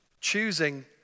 Choosing